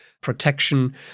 protection